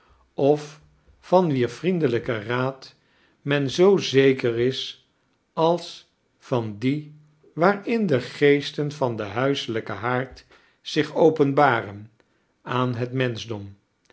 of van wier vriendelijken raad men zoo zeker is als van die waarin de geesten van den huiselijken haard zich openbaren aan het menschdom